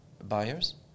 buyers